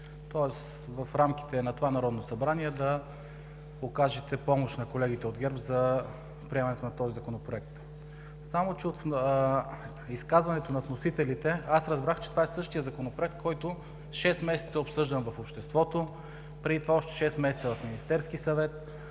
тоест в рамките на това Народно събрание да окажете помощ на колегите от ГЕРБ за приемането на Законопроекта. Само че от изказването на вносителите аз разбрах, че това е същият Законопроект, който шест месеца е обсъждан в обществото, преди това още шест месеца – в Министерския съвет,